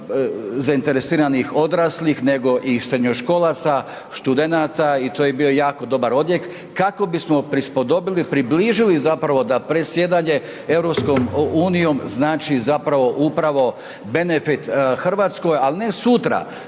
zainteresiranih odraslih nego i srednjoškolaca, studenata i to je bio jako dobar odjek kako bismo prispodobili, približili zapravo da predsjedanje EU-om znači zapravo upravo benefit Hrvatskoj ali ne sutra,